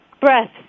Breath